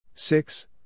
Six